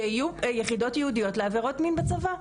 שיהיו יחידות ייעודיות לעבירות מין בצבא.